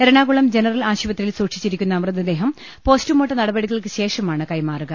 Ernakulam general ആശു പത്രിയിൽ സൂക്ഷിച്ചിരിക്കുന്ന മൃതദേഹം പോസ്റ്റുമോർട്ട നടപടികൾക്കുശേഷമാണ് കൈമാറുക